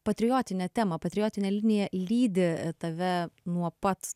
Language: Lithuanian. patriotinę temą patriotinę liniją lydi tave nuo pat